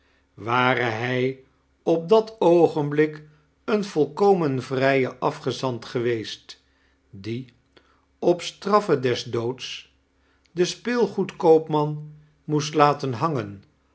ware hij op dat oogenblik een volkomen vrije afgezant geweest die op straffe des doods den speelgoedkoopman moest laten hangen